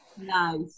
Nice